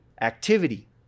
activity